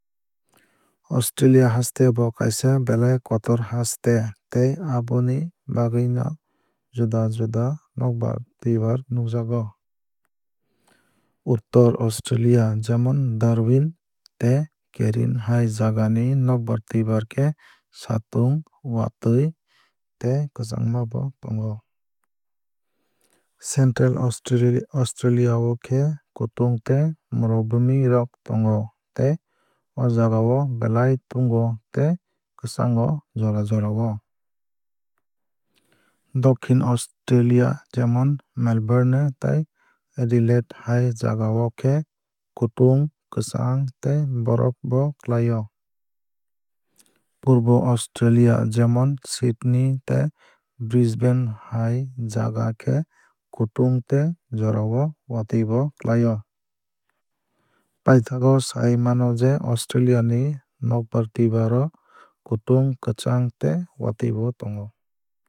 Australia haste bo kaisa belai kotor haste tei aboni bagwui no juda juda nokbar twuibar nukjago. Uttor australia jemon darwin tei carin hai jaga ni nokbar twuibar khe satung watwui tei kwchangma bo tongo. Central australia khe kutung tei morubhumi rok tongo tei o jagao belai tungo tei kwchango jora jorao. Dokhin australia jemon melbourne tei adelaide hai jagao khe kutung kwchang tei borof bo klai o. Purbo australia jemon sydney tei brisbane hai jaga khe kutung tei jorao watwui bo klai o. Paithago sai mano je australia ni nokbar twuibar o kutung kwchang tei watwui bo tongo.